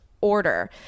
order